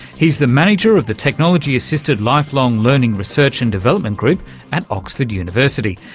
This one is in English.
he's the manager of the technology assisted lifelong learning research and development group at oxford university,